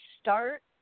start